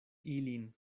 ilin